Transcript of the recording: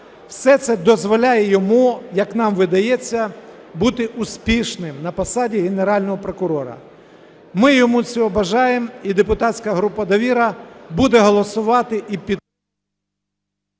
все це дозволяє йому, як нам видається, бути успішним на посаді Генерального прокурора. Ми йому цього бажаємо і депутатська група "Довіра" буде голосувати і… Веде